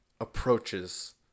approaches